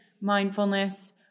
mindfulness